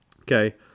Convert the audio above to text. Okay